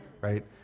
right